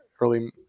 early